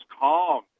calm